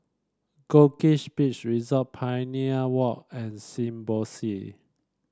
Goldkist Beach Resort Pioneer Walk and Symbiosis